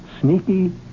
sneaky